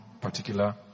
particular